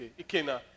Okay